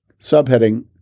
Subheading